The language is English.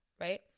right